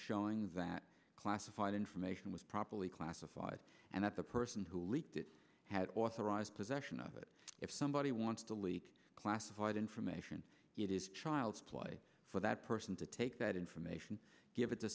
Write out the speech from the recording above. showing that classified information was properly classified and that the person who leaked it had authorized possession of it if somebody wants to leak classified information it is child's play for that person to take that information give it to